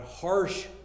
harsh